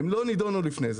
הן לא נידונו לפני כן.